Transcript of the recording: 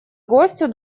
гостю